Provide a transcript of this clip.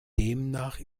demnach